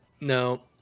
No